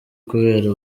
kubera